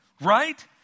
right